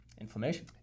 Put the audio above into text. Inflammation